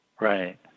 Right